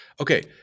Okay